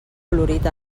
colorit